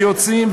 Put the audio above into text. ויוצאים,